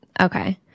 Okay